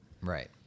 Right